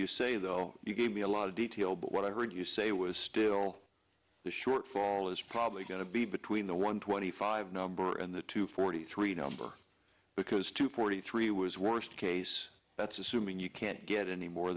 you say though me a lot of detail but what i heard you say was still the shortfall is probably going to be between the one twenty five number and the two forty three number because two forty three was worst case that's assuming you can't get any more